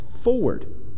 forward